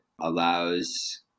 allows